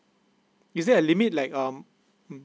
is there a limit like um mm